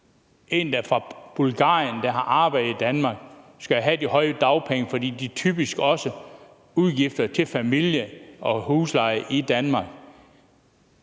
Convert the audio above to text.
før, at en fra Bulgarien, der har arbejdet i Danmark, skal have de høje dagpenge, fordi vedkommende typisk også har udgifter til familie og husleje i Danmark.